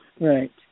right